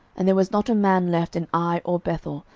and there was not a man left in ai or bethel,